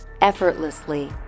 effortlessly